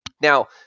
Now